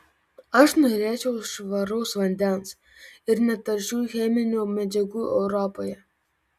aš norėčiau švaraus vandens ir netaršių cheminių medžiagų europoje